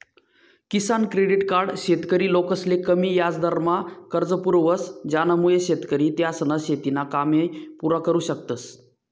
किसान credit card शेतकरी लोकसले कमी याजदरमा कर्ज पुरावस ज्यानामुये शेतकरी त्यासना शेतीना कामे पुरा करु शकतस